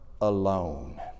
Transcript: alone